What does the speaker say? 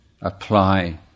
apply